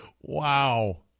Wow